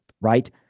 right